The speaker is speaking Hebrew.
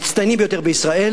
המצטיינים ביותר בישראל,